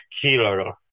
killer